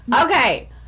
okay